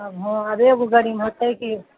आब हँ आब एक गो गाड़ीमे होयतै की